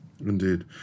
Indeed